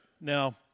Now